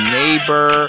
neighbor